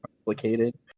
complicated